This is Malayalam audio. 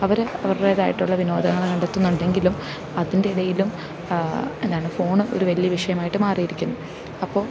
അവർ അവരേതായിട്ടുള്ള വിനോദങ്ങൾ നടത്തുന്നുണ്ടെങ്കിലും അതിൻ്റെ ഇടയിലും എന്താണ് ഫോൺ ഒരു വലിയ വിഷയമായിട്ടു മാറിയിരിക്കുന്നു അപ്പോൾ